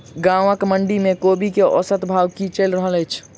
गाँवक मंडी मे कोबी केँ औसत भाव की चलि रहल अछि?